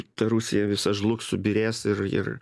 ta rusija visa žlugs subyrės ir ir